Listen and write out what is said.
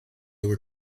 were